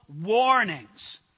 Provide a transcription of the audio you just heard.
warnings